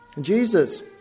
Jesus